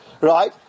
right